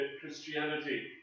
Christianity